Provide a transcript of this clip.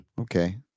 Okay